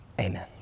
amen